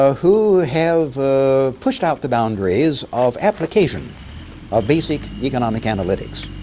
ah who have pushed out the boundaries of application of basic economic analytics.